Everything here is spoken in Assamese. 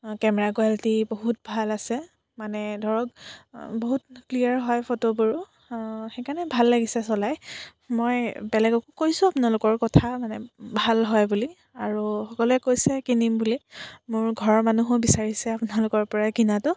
কেমেৰা কোৱালিটি বহুত ভাল আছে মানে ধৰক বহুত ক্লিয়াৰ হয় ফটোবোৰো সেইকাৰণে ভাল লাগিছে চলাই মই বেলেগকো কৈছোঁ আপোনালোকৰ কথা মানে ভাল হয় বুলি আৰু সকলোৱে কৈছে কিনিম বুলি মোৰ ঘৰৰ মানুহেও বিচাৰিছে আপোনালোকৰ পৰা কিনাটো